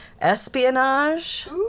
espionage